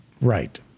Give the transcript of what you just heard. Right